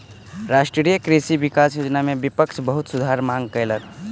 राष्ट्रीय कृषि विकास योजना में विपक्ष बहुत सुधारक मांग कयलक